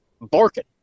barking